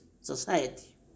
society